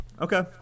Okay